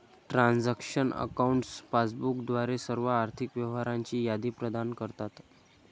transaction accounts passbook द्वारे सर्व आर्थिक व्यवहारांची यादी प्रदान करतात